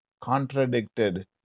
contradicted